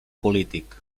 polític